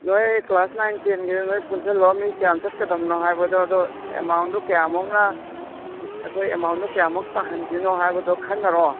ꯅꯣꯏ class nine ꯇꯦꯟꯒꯤꯗꯨ ꯅꯣꯏ ꯄꯨꯟꯁꯤꯜꯂꯣ ꯃꯤ ꯀꯌꯥꯝ ꯆꯠꯀꯗꯕꯅꯣ ꯍꯥꯏꯕꯗꯣ ꯑꯗꯣ ꯑꯦꯃꯥꯎꯟꯗꯨ ꯀꯌꯥꯃꯨꯛꯅ ꯑꯩꯈꯣꯏ ꯑꯦꯃꯥꯎꯟꯗꯨ ꯀꯌꯥꯃꯨꯛ ꯇꯥꯍꯟꯗꯣꯏꯅꯣ ꯍꯥꯏꯕꯗꯣ ꯈꯟꯅꯔꯣ